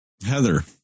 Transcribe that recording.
Heather